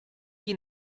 chi